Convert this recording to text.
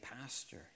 pastor